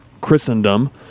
Christendom